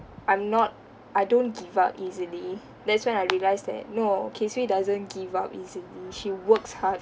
I'm not I don't give up easily that's when I realised that no kay swee doesn't give up easily she works hard